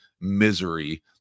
misery